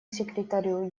секретарю